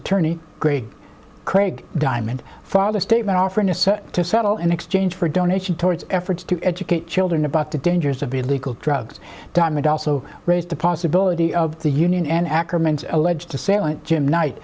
attorney greg craig diamond father statement offering to settle in exchange for a donation towards efforts to educate children about the dangers of illegal drugs diamond also raised the possibility of the union and a